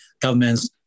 governments